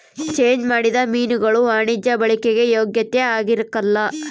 change ಮಾಡಿದ ಮೀನುಗುಳು ವಾಣಿಜ್ಯ ಬಳಿಕೆಗೆ ಯೋಗ್ಯ ಆಗಿರಕಲ್ಲ